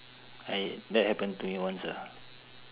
I that happened to me once ah